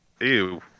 Ew